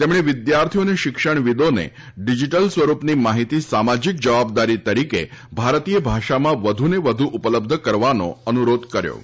તેમણે વિદ્યાર્થીઓ અને શિક્ષણવિદોને ડીજિટલ સ્વરૂપની માહિતી સામાજિક જવાબદારી તરીકે ભારતીય ભાષામાં વધુને વધુ ઉપલબ્ધ કરાવવાનો અનુરોધ કર્યો હતો